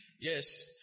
Yes